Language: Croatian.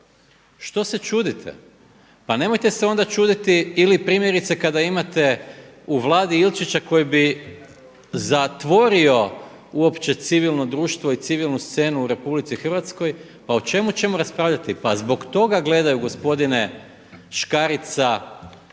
Što se čudite? Pa nemojte se onda čuditi ili primjerice kada imate u Vladi Ilčića koji bi zatvorio uopće civilno društvo i civilnu scenu u RH? Pa o čemu ćemo raspravljati? Pa zbog toga gledaju gospodine Škarica tisuće